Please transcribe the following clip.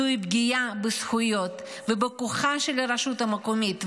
זוהי פגיעה בזכויות ובכוחה של הרשות המקומית,